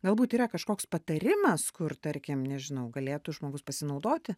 galbūt yra kažkoks patarimas kur tarkim nežinau galėtų žmogus pasinaudoti